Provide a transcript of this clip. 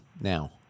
now